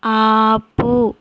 ఆపు